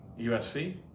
USC